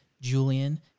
Julian